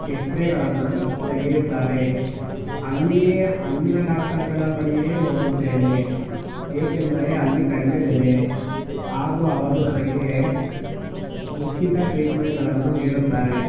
ಎಕ್ಸ್ರೇಗಳನ್ನು ತೆಗೆಯುತ್ತಾರೆ ಅಲ್ಲಿಯೇ ಅಲ್ಲಿನ ಡಾಕ್ಟರ್ಗಳ ಬಳಿಯೇ ಹೋಗುತ್ತೇನೆ ಏಕೆಂದರೆ ಅಲ್ಲಿ ಕಡಿಮೆ ಬೆಲೆ ಹಾಗೂ ಅವರು ನನಗೆ ಉಚಿತ ಟ್ರೀಟ್ಮೆಂಟ್ಗಳನ್ನು ನೀಡುತ್ತಾರೆ